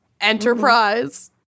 enterprise